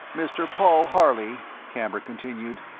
mr. paul harley, camber continued,